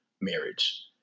marriage